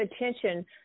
attention